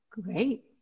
great